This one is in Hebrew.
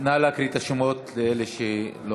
נא להקריא את השמות של אלה שלא,